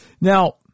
Now